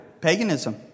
Paganism